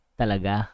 talaga